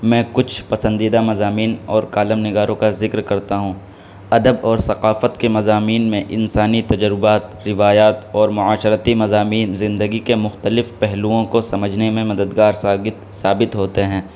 میں کچھ پسندیدہ مضامین اور کالم نگاروں کا ذکر کرتا ہوں ادب اور ثقافت کے مضامین میں انسانی تجربات روایات اور معاشرتی مضامین زندگی کے مختلف پہلوؤں کو سمجھنے میں مددگار ثابت ثابت ہوتے ہیں